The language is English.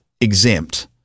exempt